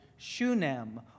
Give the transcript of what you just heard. Shunem